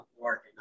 working